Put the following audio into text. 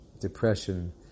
depression